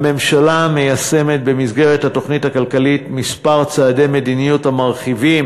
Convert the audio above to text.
הממשלה מיישמת במסגרת התוכנית הכלכלית מספר צעדי מדיניות המרחיבים